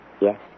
Yes